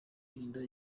kwirinda